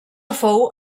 fou